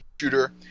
shooter